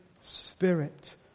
spirit